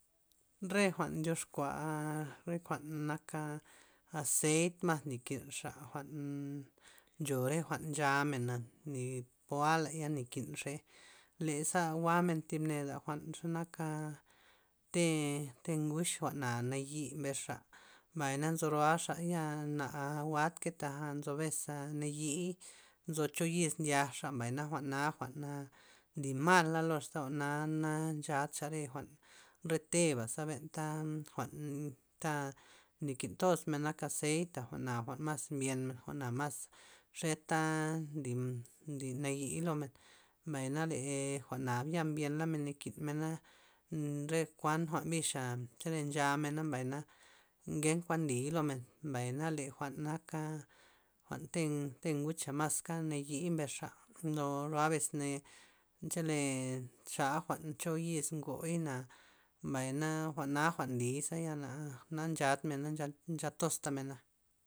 Re jwa'n ndyoxkua re jwa'n naka azeit mas nly kinxa, jwa'n ncho re jwa'n nchamena nia po'aley nakinxey leza jwa'men thib neda jwa'n xe naka te- te' nguch jwa'na nayi' mbesxa mbay, na nzo roaxa ya'na jwa'tkey tak nzo bes'a nayii' nzo cho yis ndyakxa mbay na jwa'na jwa'n nly mala' loxa za jwa'na na nchadxa re jwa'n re te'baza benta jwa'n ta' nakintos men nak azeita jwa'na jwa'n mas mbyen men jwa'na mas xeta nly nly nayi' lomen, mbay nale jwa'na ya mbyenla men nakin mena nnn- re kuan jwa'n bixa' chele nchamena mbay na ngen kuan nlii' lomen mbay na le jwa'n naka jwa'n te te' nguch mas ka nayi' mbesxa, nzo ro'a bes nayii' chele xa jwa'n cho yis ngoy na mbayna jwa'na jwa'n nlii'za yana nchad mena na nchat tosta'mena.